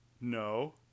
No